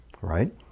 right